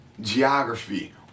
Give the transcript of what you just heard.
Geography